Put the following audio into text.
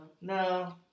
No